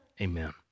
Amen